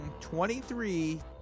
23